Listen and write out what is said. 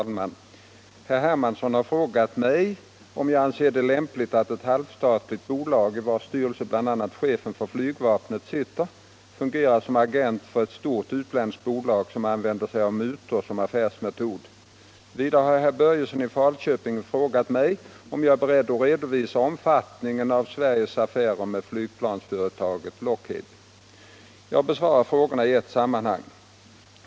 Herr talman! Herr Hermansson har frågat mig om jag anser det lämpligt att ett halvstatligt bolag, i vars styrelse bl.a. chefen för flygvapnet sitter, fungerar som agent för ett stort utländskt bolag som använder sig av mutor som affärsmetod. Vidare har herr Börjesson i Falköping frågat mig om jag är beredd att redovisa omfattningen av Sveriges affärer med flygplansföretaget Lockheed. Jag besvarar frågorna i ett sammanhang.